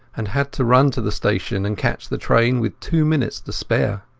and had to run to the station and catch the train with two minutes to spare.